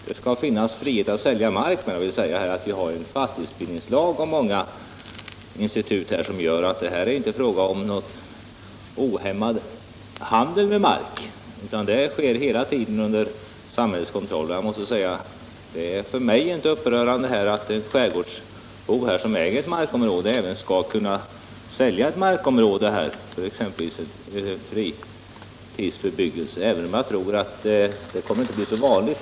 — det skall finnas frihet 21 april 1976 att sälja mark, men vi har en fastighetsbildningslag och många institut = som gör att det inte blir fråga om ohämmad handel med mark, utan = Stöd till skärgårdsdet sker hela tiden under samhällets kontroll. företag, m.m. Det är för mig inte upprörande att en skärgårdsbo som äger ett markområde också skall kunna sälja detta, exempelvis för fritidsbebyggelse, även om jag tror att det inte kommer att bli så vanligt.